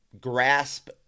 grasp